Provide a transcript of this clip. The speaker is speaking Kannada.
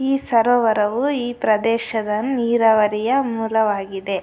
ಈ ಸರೋವರವು ಈ ಪ್ರದೇಶದ ನೀರಾವರಿಯ ಮೂಲವಾಗಿದೆ